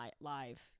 live